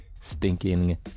stinking